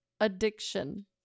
addiction